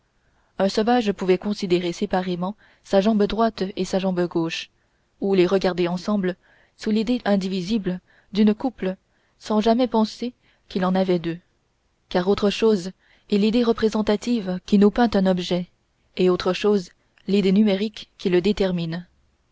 un sauvage pouvait considérer séparément sa jambe droite et sa jambe gauche ou les regarder ensemble sous l'idée indivisible d'une couple sans jamais penser qu'il en avait deux car autre chose est l'idée représentative qui nous peint un objet et autre chose l'idée numérique qui le détermine